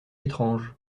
étrange